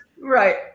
right